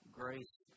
grace